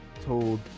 told